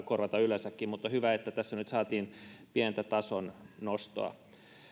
korvata mutta hyvä että tässä nyt saatiin pientä tason nostoa